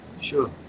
Sure